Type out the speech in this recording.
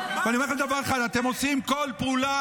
ואני אומר לכם דבר אחד, אתם עושים כל פעולה